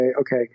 okay